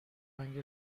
رنگ